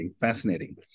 Fascinating